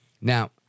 Now